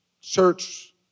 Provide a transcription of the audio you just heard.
church